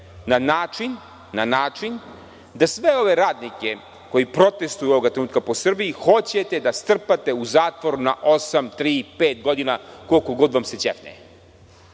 zemlji na način da sve ove radnike koji protestuju ovoga trenutka po Srbiji hoćete da strpate u zatvor na osam, tri, pet godina, koliko god vam se ćefne. Nemamo